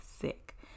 sick